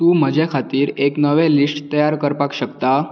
तूं म्हज्या खातीर एक नवें लिस्ट तयार करपाक शकता